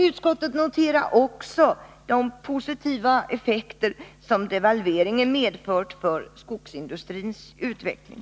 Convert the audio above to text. Utskottet noterar också de positiva effekter som devalveringen medfört för skogsindustrins utveckling.